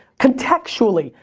contextually,